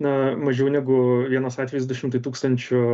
na mažiau negu vienas atvejis du šimtai tūkstančių